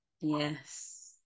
yes